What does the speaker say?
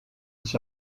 its